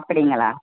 அப்படிங்களா